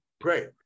great